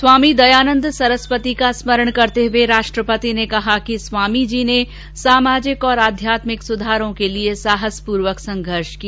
स्वामी दयानंद सरस्वती का स्मरण करते हुए राष्ट्रपति ने कहा कि स्वामी जी ने सामाजिक और आध्यात्मिक सुधारों के लिए साहसपूर्वक संघर्ष किया